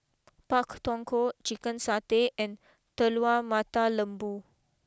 Pak Thong Ko Chicken Satay and Telur Mata Lembu